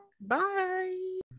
Bye